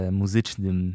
muzycznym